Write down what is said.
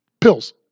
pills